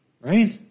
Right